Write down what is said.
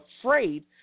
afraid